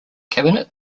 cabinet